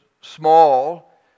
small